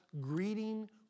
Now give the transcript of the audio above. greeting